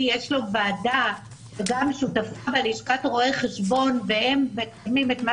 יש לו ועדה וגם שותפה לשכת רואי החשבון והם מקיימים את מה